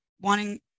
wanting